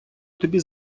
тобі